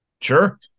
Sure